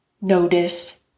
notice